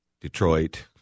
Detroit